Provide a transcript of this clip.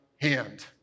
hand